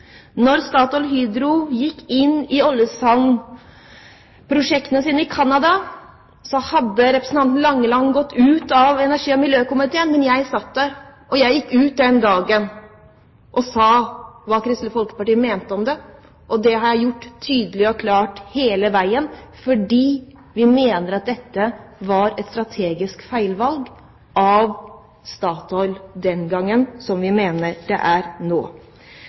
gikk inn i oljesandprosjektene sine i Canada, hadde representanten Langeland gått ut av energi- og miljøkomiteen. Men jeg satt der, og jeg gikk ut den dagen og sa hva Kristelig Folkeparti mente om det, og det har jeg gjort tydelig og klart hele veien, fordi vi mener at dette var et strategisk feilvalg av Statoil den gangen, som vi også mener det er nå.